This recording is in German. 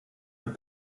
mit